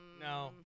No